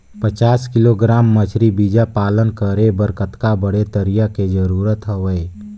पचास किलोग्राम मछरी बीजा पालन करे बर कतका बड़े तरिया के जरूरत हवय?